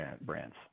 brands